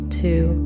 two